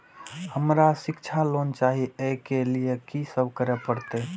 हमरा शिक्षा लोन चाही ऐ के लिए की सब करे परतै?